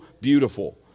beautiful